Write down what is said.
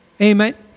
Amen